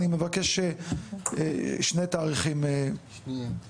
אני מבקש שני תאריכים בשני הנושאים, אדוני,